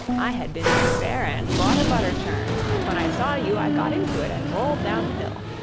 i had been to the fair and bought a butter churn, and when i saw you i got into it, and rolled down the hill.